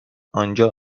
آنجا